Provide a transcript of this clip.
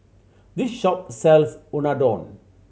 this shop sells Unadon